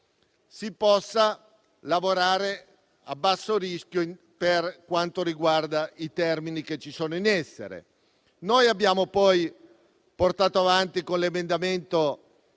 si possa lavorare a basso rischio per quanto riguarda i termini in essere. Abbiamo poi portato avanti l’emendamento